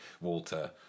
Walter